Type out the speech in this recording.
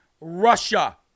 Russia